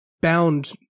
bound